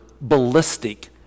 ballistic